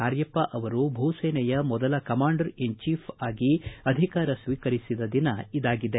ಕಾರ್ಯಪ್ಪ ಅವರು ಭೂ ಸೇನೆಯ ಮೊದಲ ಕಮಾಂಡರ್ ಇನ್ ಚೀಫ್ ಆಗಿ ಅಧಿಕಾರ ಸ್ವೀಕರಿದ ದಿನ ಇದಾಗಿದೆ